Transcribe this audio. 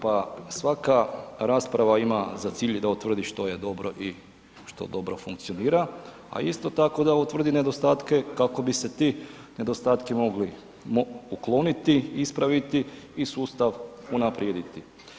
Pa svaka rasprava ima za cilj da utvrdi što je dobro i što dobro funkcionira a isto tako da utvrdi nedostatke kako bi se ti nedostaci mogli ukloniti, ispraviti i sustav unaprijediti.